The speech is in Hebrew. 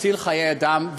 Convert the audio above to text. להציל חיי אדם,